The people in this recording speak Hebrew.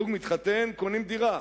זוג מתחתן, קונים דירה.